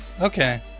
Okay